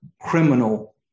criminal